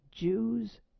Jews